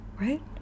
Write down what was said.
right